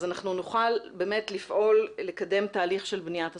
אנחנו נוכל באמת לפעול לקדם תהליך של בניית הסכמות.